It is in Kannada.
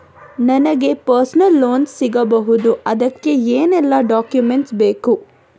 ನನಗೆ ಪರ್ಸನಲ್ ಲೋನ್ ಸಿಗಬಹುದ ಅದಕ್ಕೆ ಏನೆಲ್ಲ ಡಾಕ್ಯುಮೆಂಟ್ ಬೇಕು?